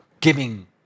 giving